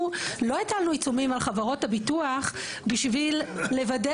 אנחנו לא הטלנו עיצומים על חברות הביטוח בשביל לוודא